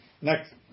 Next